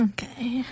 Okay